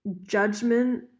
judgment